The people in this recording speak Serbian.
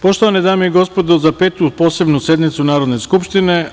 Poštovane dame i gospodo za Petu posebnu sednicu Narodne skupštine